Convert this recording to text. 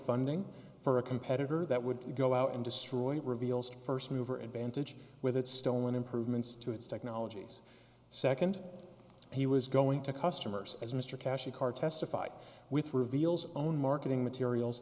funding for a competitor that would go out and destroy reveals to first mover advantage with its stolen improvements to its technologies second he was going to customers as mr cash car testified with reveals own marketing materials